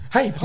Hey